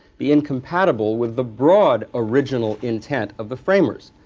be incompatible with the broad, original intent of the framers,